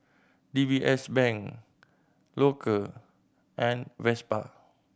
D B S Bank Loacker and Vespa